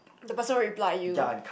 the person reply you